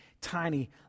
tiny